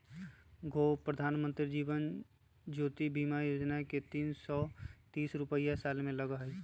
गो प्रधानमंत्री जीवन ज्योति बीमा योजना है तीन सौ तीस रुपए साल में लगहई?